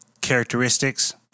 characteristics